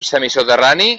semisoterrani